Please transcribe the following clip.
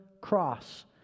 cross